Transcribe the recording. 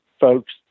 folks